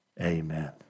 Amen